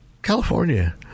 California